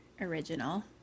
original